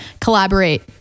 collaborate